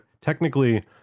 technically